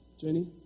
Jenny